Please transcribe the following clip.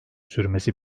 sürmesi